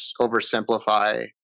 oversimplify